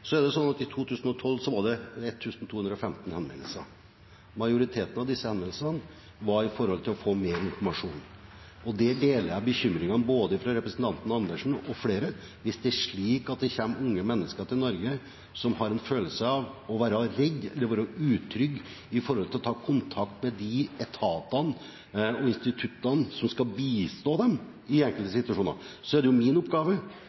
I 2012 var det 1 215 henvendelser. Majoriteten av disse henvendelsene gjaldt å få mer informasjon. Der deler jeg bekymringene fra både representanten Andersen og flere. Hvis det er slik at det kommer unge mennesker til Norge som er redde eller utrygge når det gjelder å ta kontakt med de etatene og instituttene som skal bistå dem i enkelte situasjoner, er det min oppgave,